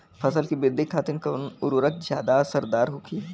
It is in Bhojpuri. फसल के वृद्धि खातिन कवन उर्वरक ज्यादा असरदार होखि?